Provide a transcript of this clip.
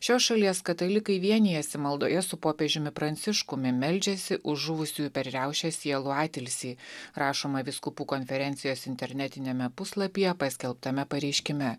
šios šalies katalikai vienijasi maldoje su popiežiumi pranciškumi meldžiasi už žuvusiųjų per riaušes sielų atilsį rašoma vyskupų konferencijos internetiniame puslapyje paskelbtame pareiškime